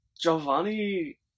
Giovanni